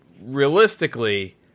Realistically